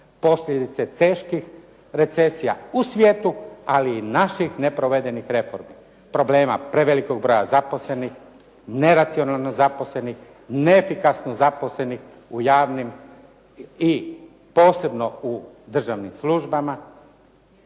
Posljedice teških recesija u svijetu, ali i naših neprovedenih reformi. Problema prevelikog broja zaposlenih, neracionalno zaposlenih, neefikasno zaposlenih u javnim i posebno u državnim službama.